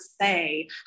say